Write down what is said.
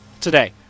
today